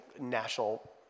national